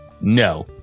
no